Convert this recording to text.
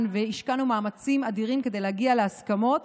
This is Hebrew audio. והשקענו מאמצים אדירים כדי להגיע להסכמות